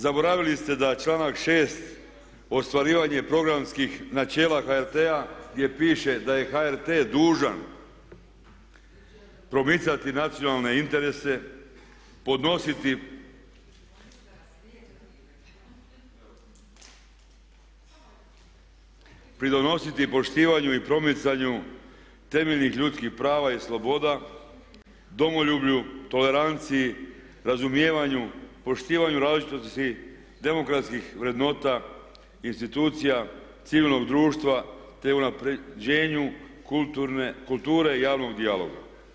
Zaboravili ste da članak 6. ostvarivanje programskih načela HRT-a gdje piše da je HRT dužan promicati nacionalne interese, podnositi, pridonositi poštivanju i promicanju temeljnih ljudskih prava i sloboda, domoljublju, toleranciji, razumijevanju, poštivanju različitosti demokratskih vrednota, institucija civilnog društva te unapređenju kulture i javnog dijaloga.